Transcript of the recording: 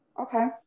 Okay